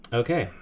okay